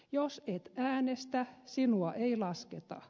jos et äänestä sinua ei lasketa